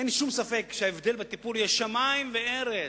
אין שום ספק שההבדל בטיפול יהיה של שמים וארץ.